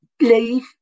Leave